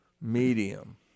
medium